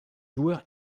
joueur